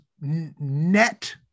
net